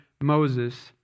Moses